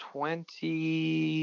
Twenty